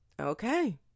okay